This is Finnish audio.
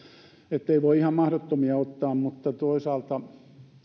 ettei voi ihan mahdottomia ottaa mutta toisaalta